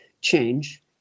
change